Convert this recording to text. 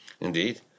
Indeed